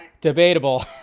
debatable